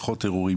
פחות אירועים?